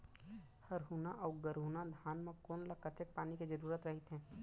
हरहुना अऊ गरहुना धान म कोन ला कतेक पानी के जरूरत रहिथे?